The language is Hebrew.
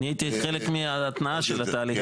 אני הייתי שם, הייתי חלק מההתנעה של התהליך.